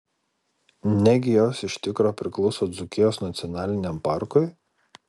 negi jos iš tikro priklauso dzūkijos nacionaliniam parkui